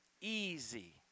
easy